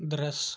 दृश